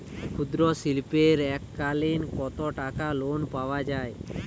ক্ষুদ্রশিল্পের এককালিন কতটাকা লোন পাওয়া য়ায়?